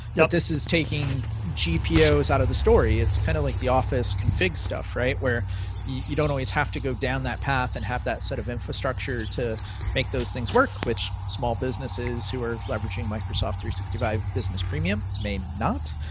yeah this is taking gpos out of the story. it's kind of like the office config stuff, right? where you don't always have to go down that path and have that set of infrastructure to make those things work, which small businesses who are leveraging microsoft three hundred and sixty five business premium may not.